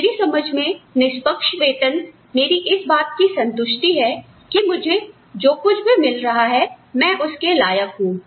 मेरी समझ में निष्पक्ष वेतन मेरी इस बात की संतुष्टि है कि मुझे जो कुछ भी मिल रहा है मैं उसके लायक हूं